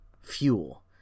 fuel